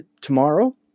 tomorrow